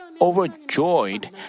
overjoyed